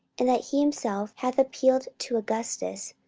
and that he himself hath appealed to augustus,